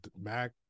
mac